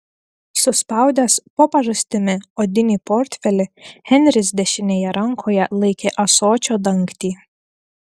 suspaudęs po pažastimi odinį portfelį henris dešinėje rankoje laikė ąsočio dangtį